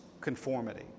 conformity